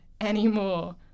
anymore